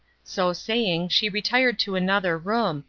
so saying she retired to another room,